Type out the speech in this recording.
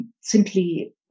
simply